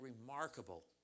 remarkable